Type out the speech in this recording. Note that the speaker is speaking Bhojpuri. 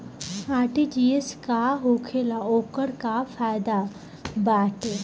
आर.टी.जी.एस का होखेला और ओकर का फाइदा बाटे?